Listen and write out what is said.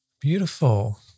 Beautiful